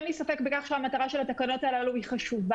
אין לי ספק בכך שהמטרה של התקנות הללו חשובה,